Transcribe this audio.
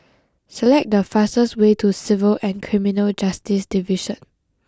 select the fastest way to Civil and Criminal Justice Division